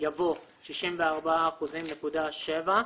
יבוא "64.70%".